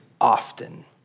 often